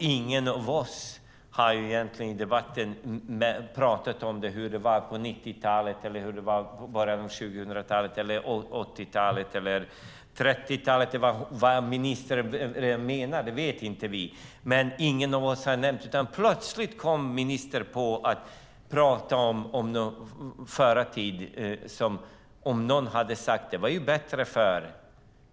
Ingen av oss har i debatten talat om hur det var på 90-talet, början av 00-talet, 80-talet eller 30-talet. Vad ministern menar vet vi inte, men ingen av oss har nämnt det. Plötsligt kom ministern på att tala om hur det var förr som om någon hade sagt att det var bättre förr.